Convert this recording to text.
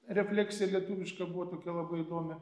refleksija lietuviška buvo tokia labai įdomi